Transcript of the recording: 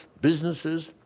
businesses